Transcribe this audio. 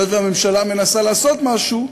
והיות שהממשלה מנסה לעשות משהו,